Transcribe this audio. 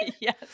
Yes